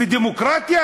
ודמוקרטיה,